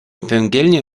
węgielny